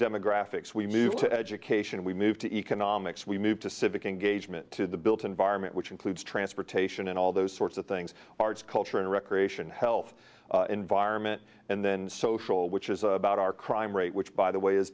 demographics we move to education we move to economics we move to civic engagement to the built environment which includes transportation and all those sorts of things arts culture and recreation health environment and then social which is about our crime rate which by the way is